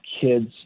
kids